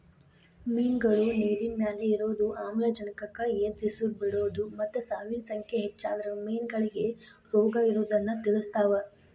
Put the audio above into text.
ಮಿನ್ಗಳು ನೇರಿನಮ್ಯಾಲೆ ಇರೋದು, ಆಮ್ಲಜನಕಕ್ಕ ಎದಉಸಿರ್ ಬಿಡೋದು ಮತ್ತ ಸಾವಿನ ಸಂಖ್ಯೆ ಹೆಚ್ಚಾದ್ರ ಮೇನಗಳಿಗೆ ರೋಗಇರೋದನ್ನ ತಿಳಸ್ತಾವ